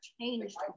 changed